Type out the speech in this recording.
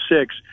six